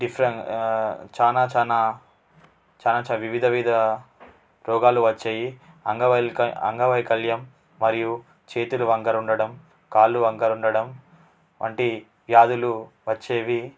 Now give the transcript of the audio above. డిఫరెం చాలా చాలా చాలా చాలా వివిధ వివిధ రోగాలు వచ్చేవి అంగవైల్క్యం అంగవైకల్యం మరియు చేతులు వంకర ఉండడం కాళ్ళు వంకర ఉండడం వంటి వ్యాధులు వచ్చేవి